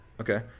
okay